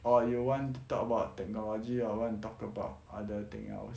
or you want to talk about technology or want to talk about other thing else why the next step